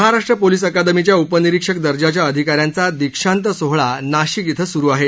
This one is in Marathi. महाराष्ट्र पोलीसअकादमीच्या उपनिरीक्षक दर्जाच्या अधिकाऱ्यांचा दीक्षांत सोहळा नाशिक इथं सुरु आहे